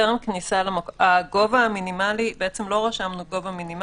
הגובה המינימלי לא קבענו אותו.